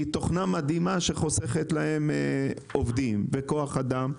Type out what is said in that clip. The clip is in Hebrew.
מדהימה שחוסכת להם עובדים וכוח אדם,